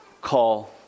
call